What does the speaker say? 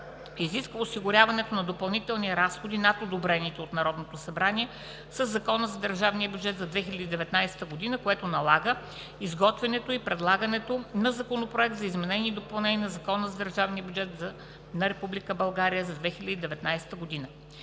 изисква осигуряването на допълнителни разходи над одобрените от Народното събрание със Закона за държавния бюджет на Република България за 2019 г., което налага изготвянето и предлагането на Законопроект за изменение и допълнение на Закона за държавния бюджет на Република